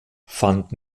fand